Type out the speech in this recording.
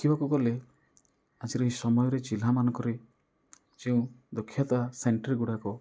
ଦେଖିବାକୁ ଗଲେ ଆଜିର ଏଇ ସମୟରେ ଜିଲ୍ଲା ମାନଙ୍କରେ ଯେଉଁ ଦକ୍ଷତା ସେଣ୍ଟ୍ରି ଗୁଡ଼ାକ